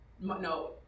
no